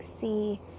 see